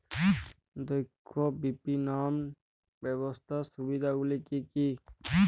দক্ষ বিপণন ব্যবস্থার সুবিধাগুলি কি কি?